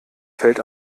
fällt